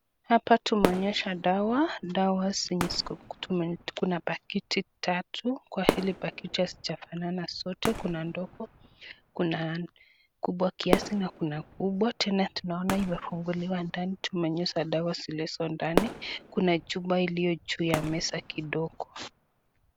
Hapa tumeonyeshwa dawa, dawa zenye kuna pakiti tatu, kwa hili pakiti hazijafanana zote, kuna ndogo, kuna kubwa kiasi na kuna kubwa tena tunaona imefunguliwa ndani, tumeonyeshwa dawa zilizo ndani, kuna chupa iliyo juu ya meza kidogo.